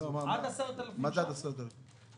ממעשה אלימות הנובע מהסכסוך הישראלי-ערבי בחודש מאי 2021),